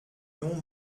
nom